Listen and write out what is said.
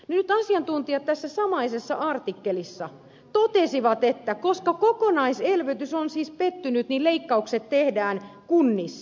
nyt asiantuntijat tässä samaisessa artikkelissa totesivat että koska kokonaiselvytys on siis pettänyt niin leikkaukset tehdään kunnissa